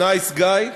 "נייס גאי",